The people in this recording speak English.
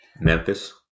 Memphis